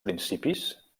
principis